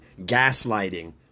gaslighting